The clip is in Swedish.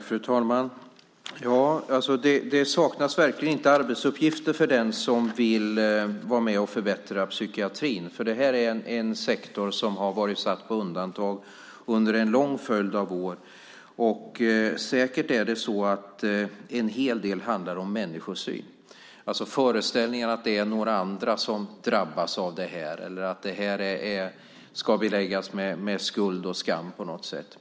Fru talman! Det saknas verkligen inte arbetsuppgifter för den som vill vara med och förbättra psykiatrin, för det är en sektor som har varit satt på undantag under en lång följd av år. Säkert handlar en hel del om människosyn, föreställningen att det är några andra som drabbas av det här eller att det ska beläggas med skuld och skam på något sätt.